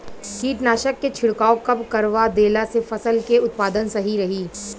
कीटनाशक के छिड़काव कब करवा देला से फसल के उत्पादन सही रही?